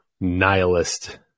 nihilist